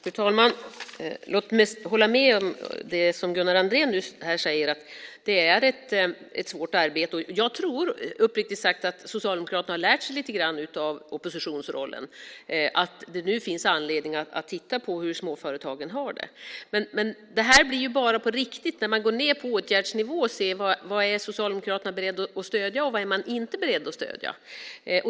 Fru talman! Låt mig hålla med om det som Gunnar Andrén säger, att det är ett svårt arbete. Jag tror uppriktigt sagt att Socialdemokraterna har lärt sig lite grann av oppositionsrollen, att det nu finns anledning att titta på hur småföretagen har det. Men det här blir bara på riktigt när man går ned på åtgärdsnivå och tittar på vad Socialdemokraterna är beredda att stödja och vad de inte är beredda att stödja.